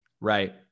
Right